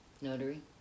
Notary